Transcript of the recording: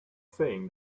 saying